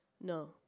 No